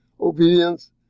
obedience